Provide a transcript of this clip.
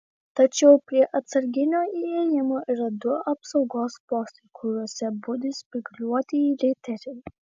tačiau prie atsarginio įėjimo yra du apsaugos postai kuriuose budi spygliuotieji riteriai